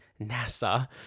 NASA